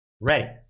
ready